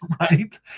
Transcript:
right